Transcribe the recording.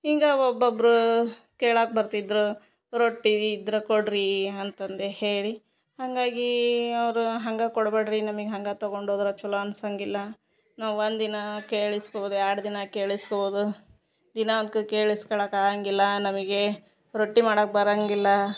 ಹಿಂಗಾ ಒಬ್ಬೊಬ್ರು ಕೇಳಾಕ ಬರ್ತಿದ್ರು ರೊಟ್ಟಿ ಇದ್ದರ ಕೊಡ್ರೀ ಅಂತಂದೆ ಹೇಳಿ ಹಂಗಾಗಿ ಅವರು ಹಂಗ ಕೊಡ್ಬ್ಯಾಡ್ರಿ ನಿಮಗ್ ಹಂಗಾ ತಗೊಂಡು ಹೋದರ ಚಲೋ ಅನ್ಸಂಗಿಲ್ಲ ನಾವು ಒಂದಿನಾ ಕೇಳಿ ಇಸ್ಕೊಬೋದು ಎರ್ಡು ದಿನ ಕೇಳಿ ಇಸ್ಕೊಬೋದು ದಿನಾ ಅಂಕ ಕೇಳಿ ಇಸ್ಕೋಳಕಾಗಂಗಿಲ್ಲಾ ನಮಗೆ ರೊಟ್ಟಿ ಮಾಡಕ್ಕೆ ಬರಂಗಿಲ್ಲಾ